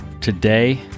Today